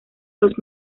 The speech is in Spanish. los